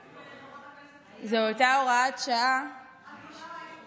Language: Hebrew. זו אותה הוראת שעה לעשר שנים.